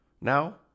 now